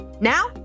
Now